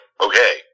okay